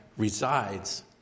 Resides